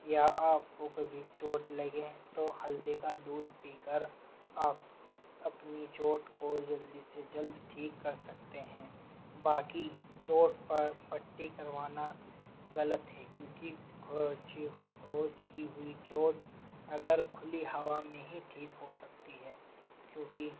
یا آپ کو کبھی چوٹ لگے تو ہلدی کا دودھ پی کر آپ اپنی چوٹ کو جلدی سے جلد ٹھیک کر سکتے ہیں باقی چوٹ پر پٹی کروانا غلط ہے کیونکہ اگرچہ کی ہوئی چوٹ اگر کھلی ہوا میں ہی ٹھیک ہو سکتی ہے کیونکہ